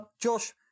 Josh